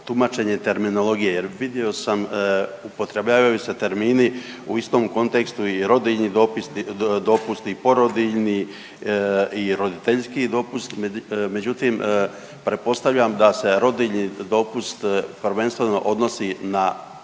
tumačenje terminologije jer vidio sam upotrebljavaju se termini u istom kontekstu i rodiljni dopusti i porodiljni i roditeljski dopust, međutim pretpostavljam da se rodiljni dopust prvenstveno odnosi na